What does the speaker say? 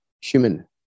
human